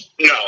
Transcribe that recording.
No